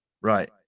Right